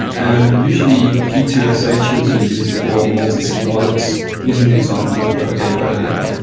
and usually, p two s h is ah used for multi-sig wallets, using the example that i gave earlier.